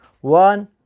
one